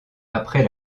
après